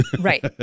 Right